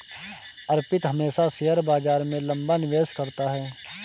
अर्पित हमेशा शेयर बाजार में लंबा निवेश करता है